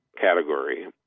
category